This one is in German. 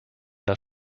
das